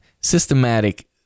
systematic